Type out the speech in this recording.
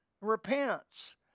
Repents